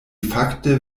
fakte